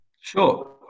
Sure